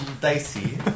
dicey